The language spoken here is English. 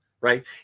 right